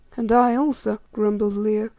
and i also, grumbled leo,